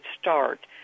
start